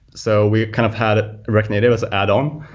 so we kind of had ah react native as add-on.